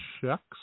checks